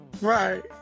Right